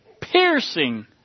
piercing